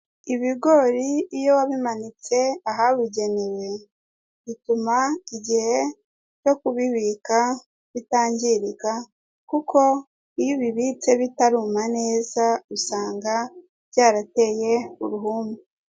Ibigori iyo wa bimanitse ahabugenewe, bituma igihe cyo kubibika bitangirika kuko iyo ubibitse bitaruma neza usanga byarateye uruhumbu.